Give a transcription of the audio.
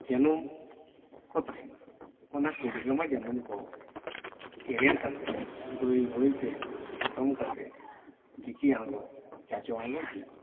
ᱡᱟᱹᱱᱩᱢ ᱠᱚ ᱛᱟᱦᱮᱱᱟ ᱚᱱᱟ ᱠᱩᱲᱤᱫ ᱨᱟᱢᱟ ᱡᱟᱹᱱᱟᱢ ᱠᱚ ᱮᱨᱮᱲ ᱠᱟᱛᱮᱫ ᱵᱟᱹᱭ ᱵᱟᱹᱭᱛᱮ ᱮᱛᱚᱢ ᱠᱟᱛᱮ ᱡᱤᱠᱤ ᱟᱲᱜᱚ ᱪᱟᱪᱚ ᱟᱲᱜᱚᱱ ᱦᱩᱭᱩᱜᱼᱟ